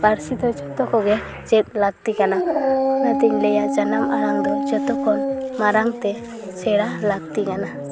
ᱯᱟᱹᱨᱥᱤ ᱫᱚ ᱡᱚᱛᱚ ᱠᱚᱜᱮ ᱪᱮᱫ ᱞᱟᱹᱠᱟᱛᱤ ᱠᱟᱱᱟ ᱚᱱᱟᱛᱤᱧ ᱞᱟᱹᱭᱟ ᱡᱟᱱᱟᱢ ᱟᱲᱟᱝ ᱫᱚ ᱡᱚᱛᱚ ᱠᱷᱚᱱ ᱢᱟᱨᱟᱝ ᱛᱮᱥᱮᱲᱟ ᱞᱟᱹᱠᱟᱛᱤ ᱠᱟᱱᱟ